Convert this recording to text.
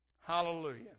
Hallelujah